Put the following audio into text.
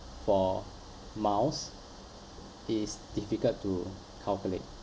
for miles it is difficult to calculate